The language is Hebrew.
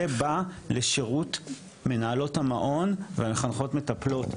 זה בא לשירות מנהלות המעון והמחנכות מטפלות,